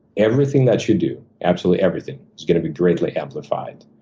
everything that you do, absolutely everything, is gonna be greatly amplified.